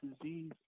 disease